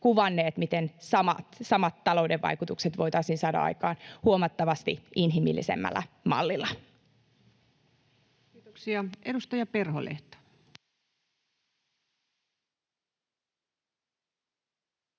miten samat talouden vaikutukset voitaisiin saada aikaan huomattavasti inhimillisemmällä mallilla. Kiitoksia. — Edustaja Perholehto.